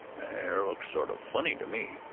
look sort of funny to me,